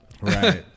Right